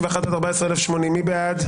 13,921 עד 13,940, מי בעד?